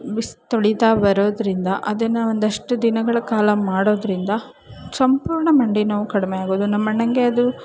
ಬಿಸಿ ತೊಳಿತಾ ಬರೋದರಿಂದ ಅದನ್ನು ಒಂದಷ್ಟು ದಿನಗಳ ಕಾಲ ಮಾಡೋದ್ರಿಂದ ಸಂಪೂರ್ಣ ಮಂಡಿ ನೋವು ಕಡಿಮೆ ಆಗೋದು ನಮ್ಮ ಅಣ್ಣಂಗೆ ಅದು